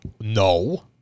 No